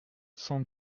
cent